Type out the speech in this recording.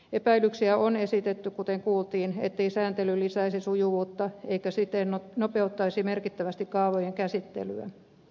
epäilyksiä on esitetty kuten kuultiin ettei sääntely lisäisi sujuvuutta eikä siten nopeuttaisi merkittävästi kaavojen käsittelyä